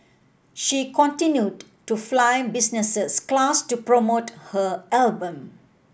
she continued to fly business class to promote her album